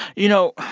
you know,